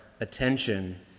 attention